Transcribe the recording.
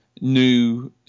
new